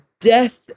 death